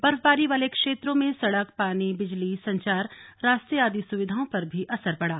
बर्फबारी वाले क्षेत्रों में सड़क पानी बिजली संचार रास्ते आदि सुविधाओं पर भी असर पड़ा